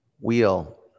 Wheel